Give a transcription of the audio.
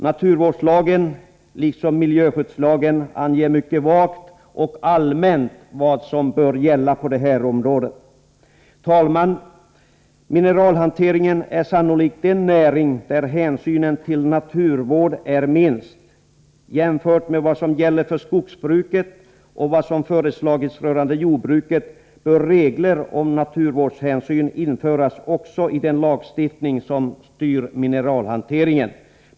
Naturvårdslagen liksom miljöskyddslagen anger mycket vagt och allmänt vad som bör gälla på detta område. Herr talman! Mineralhanteringen är sannolikt den näring där hänsynen till naturvård är minst. Jämfört med vad som gäller för skogsbruket och vad som har föreslagits rörande jordbruket bör regler om naturvårdshänsyn införas också i den lagstiftning som styr mineralhanteringen.